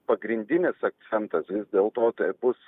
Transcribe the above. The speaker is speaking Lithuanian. pagrindinis akcentas vis dėl to tai bus